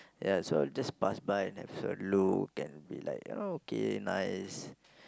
ya so just pass by and have a look and will be like oh okay nice